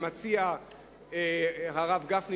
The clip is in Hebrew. למציע הרב גפני,